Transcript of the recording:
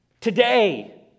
today